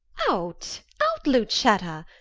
out, out, lucetta,